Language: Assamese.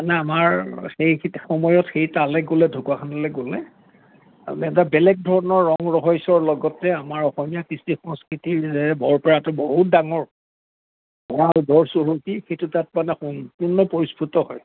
মানে আমাৰ সেই সময়ত সেই তালে গ'লে ঢকুৱাখানালে গ'লে এক বেলেগ ধৰণৰ ৰং ৰহইচৰ লগতে আমাৰ অসমীয়া কৃষ্টি সংস্কৃতি বৰপেৰাটো বহুত ডাঙৰ সেইটো তাত মানে সম্পূৰ্ণ পৰিস্ফুত হয়